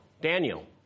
Daniel